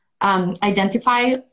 Identify